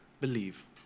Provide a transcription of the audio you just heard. believe